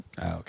okay